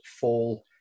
fall